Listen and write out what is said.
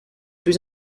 plus